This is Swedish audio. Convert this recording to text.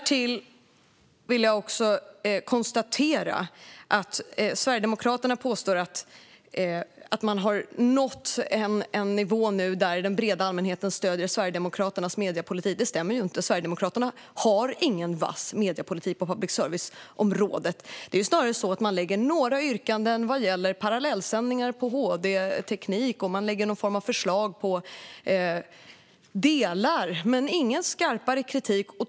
Jag konstaterar att Sverigedemokraterna påstår att man nu har nått en nivå där den breda allmänheten stöder Sverigedemokraternas mediepolitik. Det stämmer inte. Sverigedemokraterna har ingen vass mediepolitik på public service-området. Det är snarare så att man har några yrkanden vad gäller parallellsändningar med hd-teknik. Man lägger fram någon form av förslag på delar av detta, men det är ingen skarpare kritik.